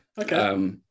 Okay